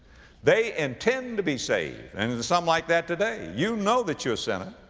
they intend to be saved. and there's some like that today. you know that you're a sinner